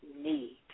need